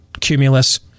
Cumulus